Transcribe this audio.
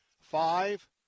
five